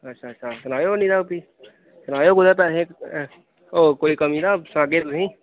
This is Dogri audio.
अच्छा अच्छा सनाएओ नेईं तां भी सनाएओ कुतै पैसें ई होग कोई कमी तां सनागे तुसें ई